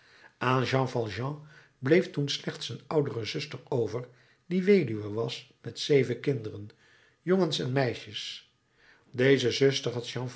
bleef toen slechts een oudere zuster over die weduwe was met zeven kinderen jongens en meisjes deze zuster